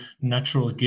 natural